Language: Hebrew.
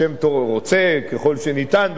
שרוצה ככל שניתן,